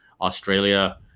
Australia